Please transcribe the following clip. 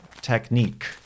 technique